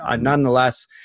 nonetheless